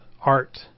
art